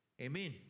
Amen